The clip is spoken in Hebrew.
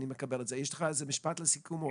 יש לך משפט לסיכום?